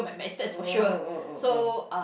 oh oh oh oh